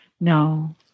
no